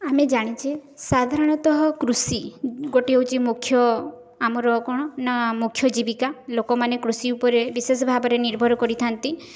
ଆମେ ଜାଣିଛେ ସାଧାରଣତଃ କୃଷି ଗୋଟିଏ ହେଉଛି ମୁଖ୍ୟ ଆମର କ'ଣ ନା ମୁଖ୍ୟ ଜୀବିକା ଲୋକମାନେ କୃଷି ଉପରେ ବିଶେଷ ଭାବରେ ନିର୍ଭର କରିଥାନ୍ତି